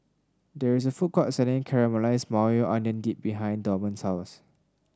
there is a food court selling Caramelized Maui Onion Dip behind Dorman's house